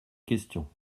question